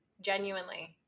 Genuinely